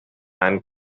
and